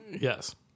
Yes